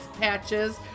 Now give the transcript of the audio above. patches